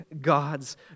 God's